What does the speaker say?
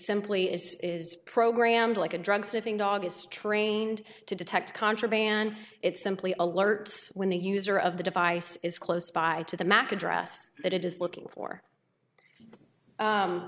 simply is is programmed like a drug sniffing dog is trained to detect contraband it simply alerts when the user of the device is close by to the mac address that it is looking for